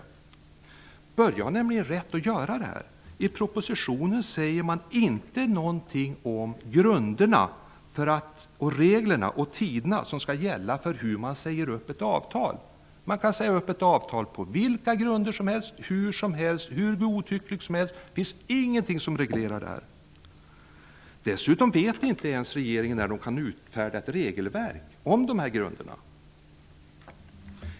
Börje har rätt att göra så här. I propositionen sägs ingenting om vilka regler som skall gälla för hur man säger upp ett avtal. Man kan säga upp ett avtal på vilka grunder som helst och hur godtyckligt som helst. Det finns ingenting som reglerar detta. Dessutom vet regeringen inte ens när man kan utfärda ett regelverk för dessa grunder.